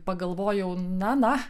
pagalvojau na na